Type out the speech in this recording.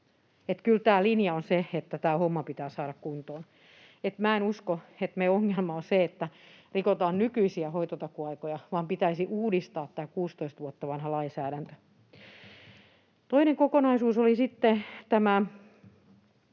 Kyllä tämä linja on se, että tämä homma pitää saada kuntoon. Minä en usko, että meidän ongelmamme on se, että rikotaan nykyisiä hoitotakuuaikoja, vaan pitäisi uudistaa tämä 16 vuotta vanha lainsäädäntö. Toinen kokonaisuus sitten,